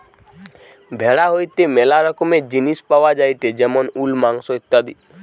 ভেড়া হইতে ম্যালা রকমের জিনিস পাওয়া যায়টে যেমন উল, মাংস ইত্যাদি